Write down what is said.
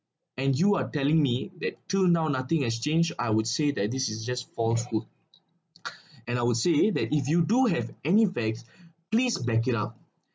and you are telling me that to now nothing has changed I would say that this is just forceful and I would say that if you do have any facts please back it up